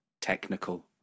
technical